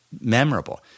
memorable